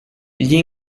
gli